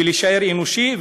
ולהישאר אנושי,